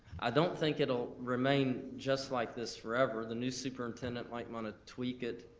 i don't think it'll remain just like this forever. the new superintendent might wanna tweak it.